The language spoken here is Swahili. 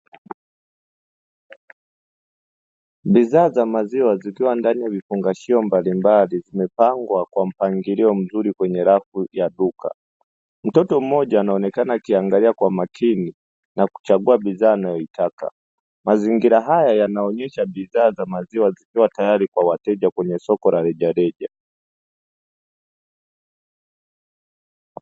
Bidhaa za maziwa zikiwa ndani ya vifungashio mbalimbali zimepangwa kwa mpangilio mzuri kwenye rafu ya duka. Mtoto mmoja anaonekana akiangalia kwa makini na kuchagua bidhaa inayoitaka mazingira haya yanaonyesha bidhaa za maziwa zikiwa tayari kwa wateja kwenye soko la rejareja.